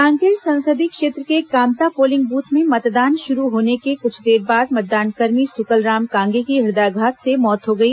कांकेर संसदीय क्षेत्र के कामता पोलिंग बूथ में मतदान शुरू होने के कुछ देर बाद मतदान कर्मी सुकलराम कांगे की हृदयाघात से मौत हो गई